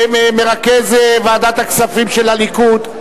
מרכז ועדת הכספים של הליכוד,